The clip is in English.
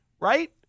Right